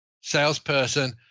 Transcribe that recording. salesperson